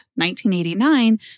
1989